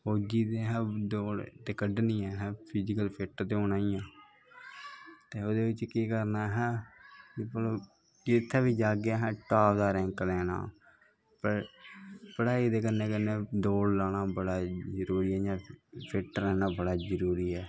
फौजा दी दौड़ ते असैं कड्डनी औ फिजिकल फिट्ट तो होना गै ऐ ते ओह्दे च केह् करना असैं जित्थें बी जाह्गे असैं टॉप दा रैंक लैना ते पढ़ाी दे कन्नै कन्नै दौड़ लाना बड़ा जरूरी ऐ इयां फिट्ट रैह्ना बड़ा जरूरी ऐ